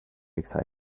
exciting